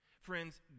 Friends